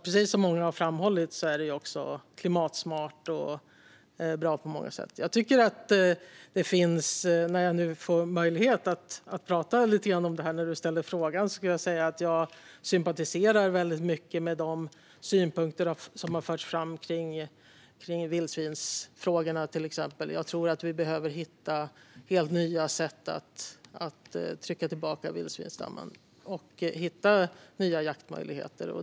Precis som många har framhållit är det också klimatsmart och bra på många sätt. När jag nu får möjlighet att tala lite grann om detta när Kjell-Arne Ottosson ställer frågor vill jag säga att jag sympatiserar väldigt mycket med de synpunkter som har förts fram om till exempel vildsvinsfrågorna. Jag tror att vi behöver helt nya sätt att trycka tillbaka vildsvinsstammen och hitta nya jaktmöjligheter.